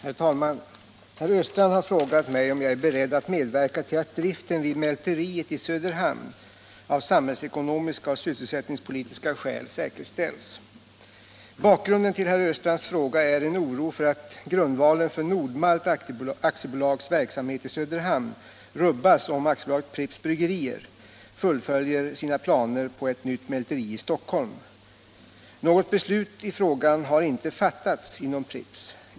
Herr talman! Herr Östrand har frågat mig om jag är beredd att medverka till att driften vid mälteriet i Söderhamn av samhällsekonomiska och sysselsättningspolitiska skäl säkerställs. Bakgrunden till herr Östrands fråga är en oro för att grundvalen för Nord-Malt Aktiebolags verksamhet i Söderhamn rubbas om AB Pripps Bryggerier fullföljer sina planer på ett nytt mälteri i Stockholm. Något beslut i frågan har inte fattats inom Pripps.